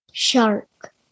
Shark